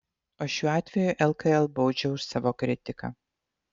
o šiuo atveju lkl baudžia už savo kritiką